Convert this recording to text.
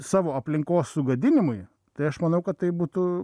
savo aplinkos sugadinimui tai aš manau kad tai būtų